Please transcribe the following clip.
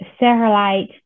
satellite